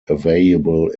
available